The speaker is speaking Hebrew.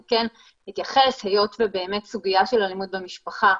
אני כן אתייחס היות וסוגיית אלימות במשפחה